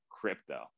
Crypto